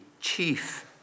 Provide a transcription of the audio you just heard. chief